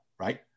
right